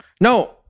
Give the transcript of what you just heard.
no